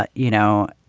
but you know,